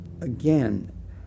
again